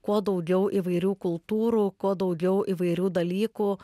kuo daugiau įvairių kultūrų kuo daugiau įvairių dalykų